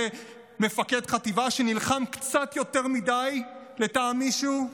מפקד חטיבה שנלחם קצת יותר מדי לטעם מישהו?